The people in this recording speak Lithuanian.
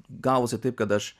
gavosi taip kad aš